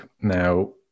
Now